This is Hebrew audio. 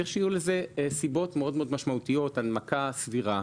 צריך שיהיו לזה סיבות משמעותיות מאוד והנמקה סדירה.